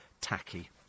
Tacky